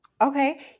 okay